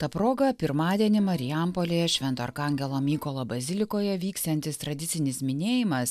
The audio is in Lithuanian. ta proga pirmadienį marijampolėje švento arkangelo mykolo bazilikoje vyksiantis tradicinis minėjimas